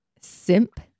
Simp